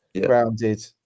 Grounded